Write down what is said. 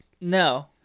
no